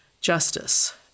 justice